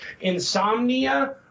insomnia